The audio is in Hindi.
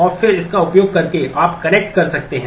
और फिर इसका उपयोग करके आप कनेक्ट कर सकते हैं